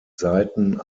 seiten